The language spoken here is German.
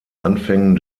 anfängen